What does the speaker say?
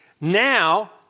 Now